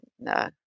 no